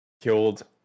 killed